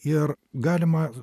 ir galima